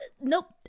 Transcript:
nope